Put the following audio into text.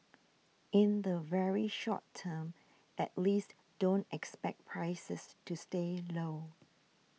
in the very short term at least don't expect prices to stay low